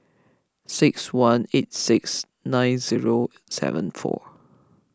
six one eight six nine zero seven four